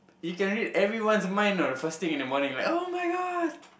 you can read everyone's mind you know the first thing in the morning like oh-my-god